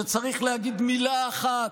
שצריך להגיד מילה אחת: